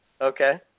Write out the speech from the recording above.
Okay